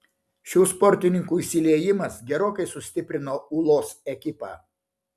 šių sportininkų įsiliejimas gerokai sustiprino ūlos ekipą